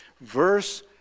Verse